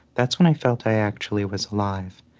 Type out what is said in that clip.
that's when i felt i actually was alive.